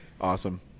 Awesome